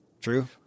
True